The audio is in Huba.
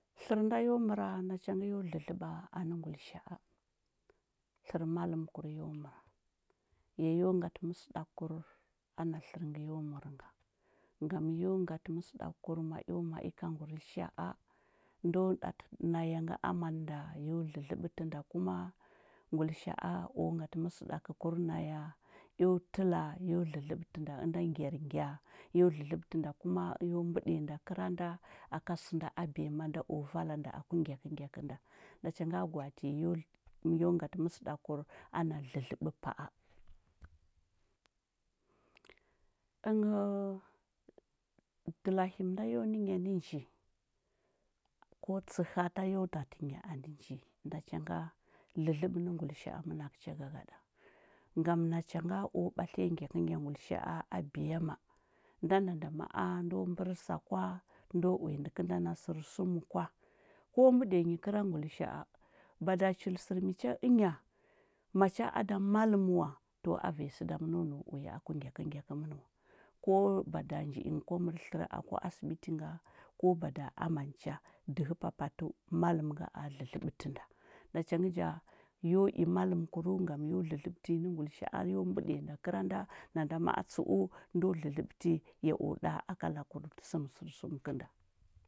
Tləra nda yo məra, nachangə yo ɗləɗləba anə hgulisha’ tlərə malon kur yo məra yayo ngati məsəɗakur ana tləra nga yo mərə nga ngam yo ngati məsəɗakkur ma eo mai ka ngulisha’a ndoo dati naya ngə amanda yo dlədləba tənda kuma ngulisga’a o ngati məsəda. Kakur naya eo təla yo dlədləba tənda ənɗa gyar ngya yo ɗləɗləbə tənɗa kuma yo mbəɗiya nɗa kera nda aka sənda a biya ma nɗo vala nɗa aku ngyakəngya kənɗa nachanga gwa’ati yo yo ngati məsəɗa kəkur ana dlə dlə b pa’a, ənghəu dəla lumi nda yo hinya nə nji ko nya nə nji da cha nga, dlədləbə ne ngulisha’a mənakə cha gagadar ngam na changa o batliya ngyakə ngyat ngulisha. a abiyamma nda nanda na’a ma’a ndo mbərsa kva nɗo uya nəkənda bə sər səmə kwa ko mɓədiya nyi kəa ngulisha’a, bada chul sərmi cha nya macha ada maləm wa to a vanya səɗa məno nau uya aku nggakə ngya kəmən wa ko bada njingə kwa mərə tlərə aki ashibiti nga, ko bada amani cha dəhə papatu, maləm ngə a dlədləbətənda nachangə ja, yoi malənkuru ngam yo dlədləbətəmyi nə ngulisha’a yo mɓədiya nda kəra nda, nanda ma’a tsə’u ndo dlədləbati ya o da ka lakur səmə sər səmə nənda.